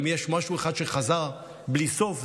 או אם יש משהו אחד שחזר בלי סוף,